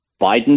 Biden